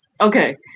Okay